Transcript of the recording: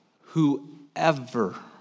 whoever